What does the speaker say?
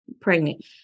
pregnant